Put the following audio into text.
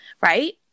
Right